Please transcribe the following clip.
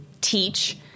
teach